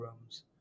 rooms